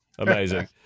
Amazing